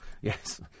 Yes